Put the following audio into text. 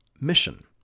mission